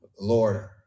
Lord